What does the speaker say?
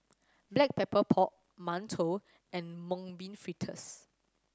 Black Pepper Pork mantou and Mung Bean Fritters